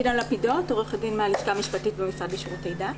עורכת דין מהלשכה המשפטית במשרד לשירותי דת.